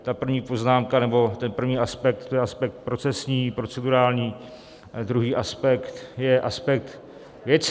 Ta první poznámka nebo první aspekt je aspekt procesní, procedurální, druhý aspekt je aspekt věcný.